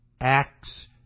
Acts